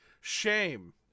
Shame